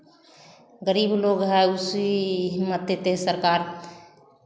गरीब लोग हैं उसे ही मरते थे सरकार